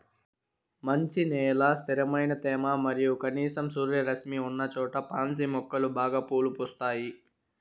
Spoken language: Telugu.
మంచి నేల, స్థిరమైన తేమ మరియు కనీసం సూర్యరశ్మి ఉన్నచోట పాన్సి మొక్కలు బాగా పూలు పూస్తాయి